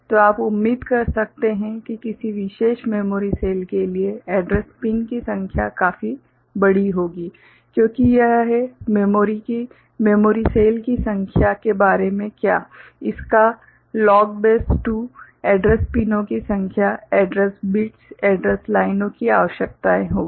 तो आप उम्मीद कर सकते हैं कि किसी विशेष मेमोरी सेल के लिए एड्रैस पिन की संख्या काफी बड़ी होगी क्योंकि यह है मेमोरी सेल की संख्या के बारे में क्या इसका लॉग बेस 2 एड्रैस पिनों की संख्या एड्रैस बिट्स एड्रैस लाइनों की आवश्यकता होगी